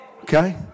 Okay